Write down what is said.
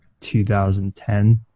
2010